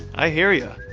i hear you.